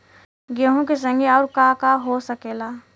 गेहूँ के संगे आऊर का का हो सकेला?